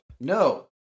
No